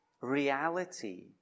reality